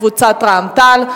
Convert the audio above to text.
קבוצת רע"ם-תע"ל,